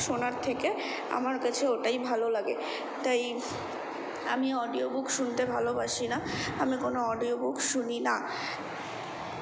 শোনার থেকে আমার কাছে ওটাই ভালো লাগে তাই আমি অডিও বুক শুনতে ভালোবাসি না আমি কোনো অডিও বুক শুনি না